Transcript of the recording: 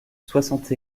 soixante